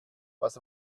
was